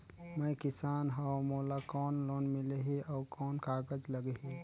मैं किसान हव मोला कौन लोन मिलही? अउ कौन कागज लगही?